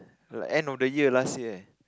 like end of the year last year eh